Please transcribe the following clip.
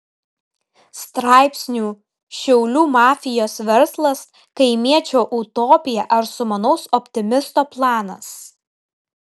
straipsnių šiaulių mafijos verslas kaimiečio utopija ar sumanaus optimisto planas